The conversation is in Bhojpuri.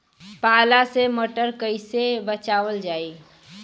पाला से मटर कईसे बचावल जाई?